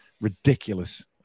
ridiculous